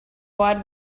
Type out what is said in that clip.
wide